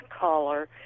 caller